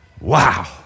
Wow